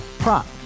Prop